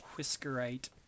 whiskerite